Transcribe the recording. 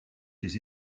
ses